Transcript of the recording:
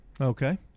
Okay